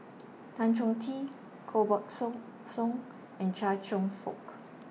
Tan Chong Tee Koh Buck Song Song and Chia Cheong Fook